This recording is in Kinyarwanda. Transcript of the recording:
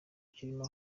kirimo